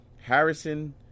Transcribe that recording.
Harrison